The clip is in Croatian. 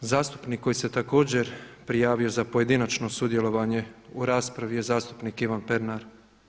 Zastupnik koji se također prijavio za pojedinačno sudjelovanje u raspravi je zastupnik Ivan Pernar.